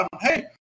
hey